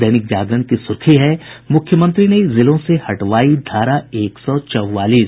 दैनिक जागरण की सुर्खी है मुख्यमंत्री ने जिलों से हटवायी धारा एक सौ चौवालीस